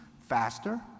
faster